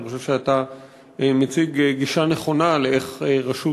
אני חושב שאתה מציג גישה נכונה איך רשות